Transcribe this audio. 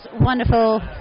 wonderful